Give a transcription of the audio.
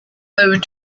moved